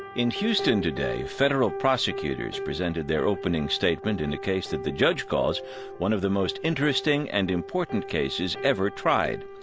in houston today, federal prosecutors presented their opening statement in the case that the judge calls one of the most interesting and important cases ever tried.